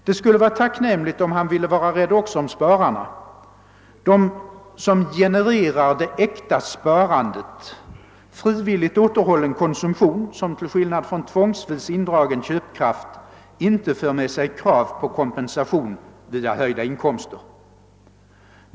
Det skulle vara tacknämligt om han ville vara rädd också om spararna, dem som genererar det äkta sparandet — frivilligt återhållen konsumtion, som till skillnad från tvångsvis indragen köpkraft inte för med sig krav på kompensation via höjda inkomster.